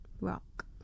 rock